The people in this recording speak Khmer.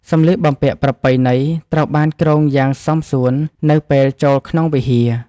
សម្លៀកបំពាក់ប្រពៃណីត្រូវបានគ្រងយ៉ាងសមសួននៅពេលចូលក្នុងវិហារ។